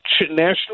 National